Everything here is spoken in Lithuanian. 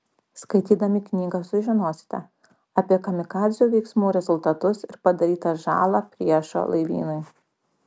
skaitydami knygą sužinosite apie kamikadzių veiksmų rezultatus ir padarytą žalą priešo laivynui